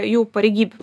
jų pareigybių